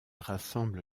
rassemble